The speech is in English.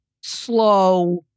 slow